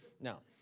Now